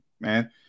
man